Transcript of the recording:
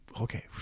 okay